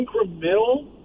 incremental